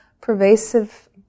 pervasive